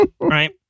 right